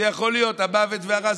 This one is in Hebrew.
או זה יכול להיות המוות והרע,